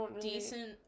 decent